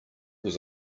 was